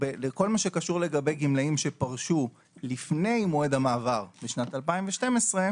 כל מה שקשור לגבי גמלאים שפרשו לפני מועד המעבר משנת 2012,